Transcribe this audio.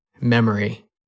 memory